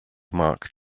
mark